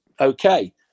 okay